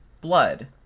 blood